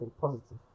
positive